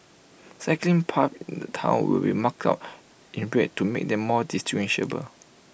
cycling paths in the Town will be marked out in red to make them more distinguishable